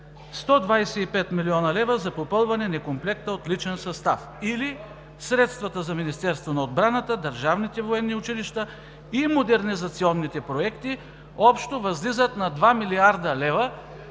125 млн. лв. за попълване некомплекта от личен състав или средствата за Министерството на отбраната, държавните военни училища и модернизационните проекти общо възлизат на 2 млрд. лв.